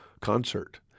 concert